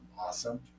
awesome